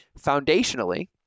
foundationally